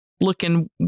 looking